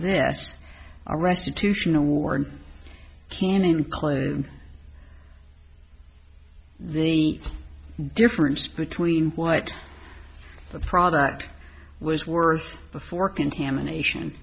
or restitution award can include the difference between what the product was worse before contamination